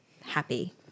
happy